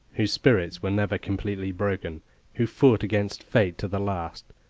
whose spirits were never completely broken who fought against fate to the last,